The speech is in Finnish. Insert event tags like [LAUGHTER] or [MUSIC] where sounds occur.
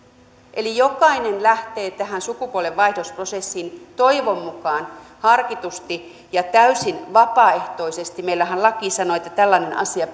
eli jokainen lähtee tähän sukupuolenvaihdosprosessiin toivon mukaan harkitusti ja täysin vapaaehtoisesti meillähän laki sanoo että tällainen asia [UNINTELLIGIBLE]